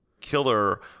killer